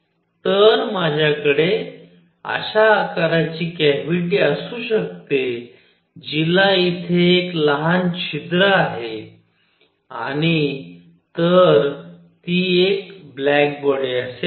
तर माझ्याकडे अश्या या आकाराची कॅव्हिटी असू शकते जिला इथे एक लहान छिद्र आहे आणि तर ती एक ब्लॅक बॉडी असेल